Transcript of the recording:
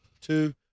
two